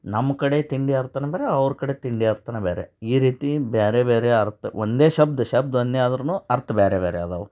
ನಮ್ಮ ಕಡೆ ತಿಂಡಿ ಅರ್ಥನೇ ಬೇರೆ ಅವ್ರ ಕಡೆ ತಿಂಡಿ ಅರ್ಥನೇ ಬೇರೆ ಈ ರೀತಿ ಬೇರೆ ಬೇರೆ ಅರ್ಥ ಒಂದೇ ಶಬ್ದ ಶಬ್ದ ಒಂದೇ ಆದ್ರು ಅರ್ಥ ಬೇರೆ ಬೇರೆ ಇದಾವೆ